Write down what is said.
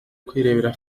kwirebera